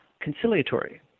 conciliatory